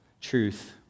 truth